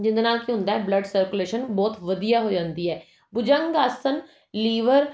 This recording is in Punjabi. ਜਿਹਦੇ ਨਾਲ ਕੀ ਹੁੰਦਾ ਬਲੱਡ ਸਰਕੂਲੇਸ਼ਨ ਬਹੁਤ ਵਧੀਆ ਹੋ ਜਾਂਦੀ ਹੈ ਭੁਜੰਗ ਆਸਨ ਲੀਵਰ